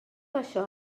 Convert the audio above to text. això